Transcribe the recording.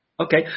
Okay